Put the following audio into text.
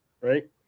right